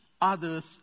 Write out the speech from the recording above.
others